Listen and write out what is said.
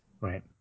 Right